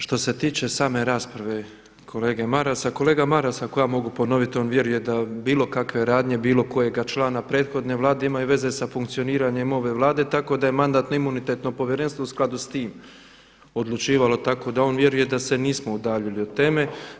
Što se tiče same rasprave kolege Marasa, kolega Maras ako ja mogu ponoviti, on vjeruje da bilo kakve radnje bilo kojega člana prethodne Vlade imaju veze sa funkcioniranjem ove Vlade tako da je Mandatno-imunitetno povjerenstvo u skladu s tim odlučivalo tako da on vjeruje da se nismo udaljili od teme.